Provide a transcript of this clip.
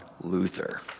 Luther